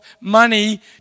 money